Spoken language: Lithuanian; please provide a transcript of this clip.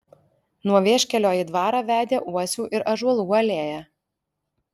nuo vieškelio į dvarą vedė uosių ir ąžuolų alėja